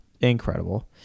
Incredible